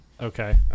Okay